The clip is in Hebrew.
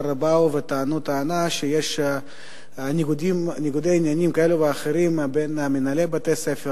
הם באו וטענו שיש ניגודי עניינים כאלה ואחרים בין מנהלי בתי-הספר,